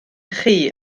chi